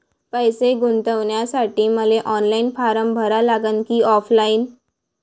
पैसे गुंतन्यासाठी मले ऑनलाईन फारम भरा लागन की ऑफलाईन?